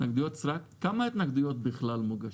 כמה התנגדויות בכלל הוגשו?